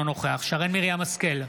אינו נוכח שרן מרים השכל,